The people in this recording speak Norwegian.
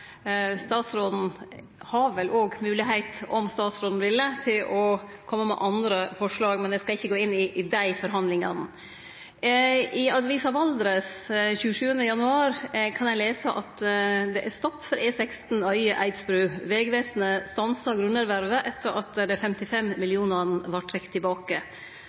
statsråden har vel òg moglegheit, om statsråden ville, til å kome med andre forslag. Men eg skal ikkje gå inn i dei forhandlingane. I avisa Valdres 27. januar kan ein lese at det er stopp for E16 Øye–Eidsbru: «Vegvesenet stoppar grunnervervet etter at 55 millionar vart trekt tilbake.»